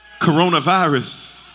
Coronavirus